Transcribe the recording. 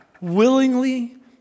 willingly